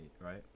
right